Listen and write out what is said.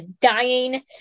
dying